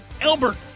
Albert